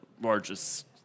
largest